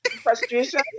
Frustration